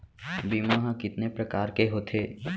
बीज ह कितने प्रकार के होथे?